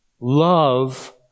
Love